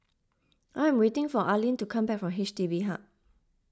I am waiting for Aylin to come back from H D B Hub